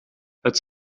het